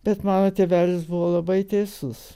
bet mano tėvelis buvo labai teisus